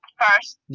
first